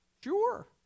Sure